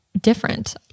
different